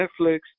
Netflix